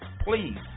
please